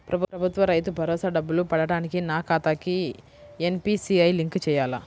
ప్రభుత్వ రైతు భరోసా డబ్బులు పడటానికి నా ఖాతాకి ఎన్.పీ.సి.ఐ లింక్ చేయాలా?